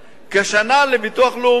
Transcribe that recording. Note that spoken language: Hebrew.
כשנה לביטוח לאומי.